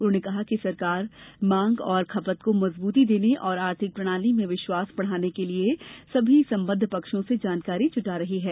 उन्होंने कहा कि सरकार मांग और खपत को मजबूती देने और आर्थिक प्रणाली में विश्वाास बढ़ाने के लिए सभी सम्बद्ध पक्षों से जानकारी जुटा रही हैं